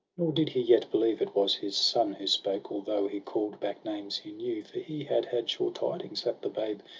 nor did he yet believe it was his son who spoke, although he call'd back names he knew for he had had sure tidings that the babe,